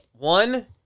One